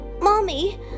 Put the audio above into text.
Mommy